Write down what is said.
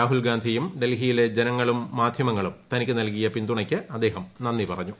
രാഹുൽ ഗാന്ധിയും ഡൽഹിയിലെ ജനങ്ങളും മാധ്യമങ്ങളും തനിയ്ക്ക് നൽകിയ പിന്തുണയ്ക്ക് അദ്ദേഹം നന്ദി പറഞ്ഞു